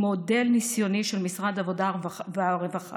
מודל ניסיוני של משרד העבודה והרווחה,